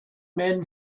men